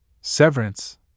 Severance